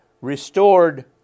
restored